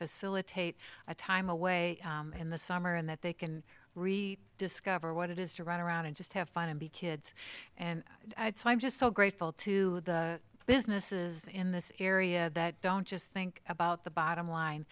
facilitate a time away in the summer and that they can re discover what it is to run around and just have fun and be kids and i'm just so grateful to the businesses in this area that don't just think about the bottom